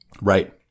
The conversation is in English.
Right